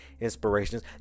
inspirations